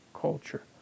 culture